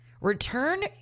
return